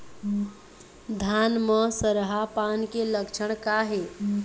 धान म सरहा पान के लक्षण का हे?